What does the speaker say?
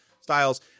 styles